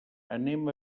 anem